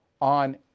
on